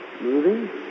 moving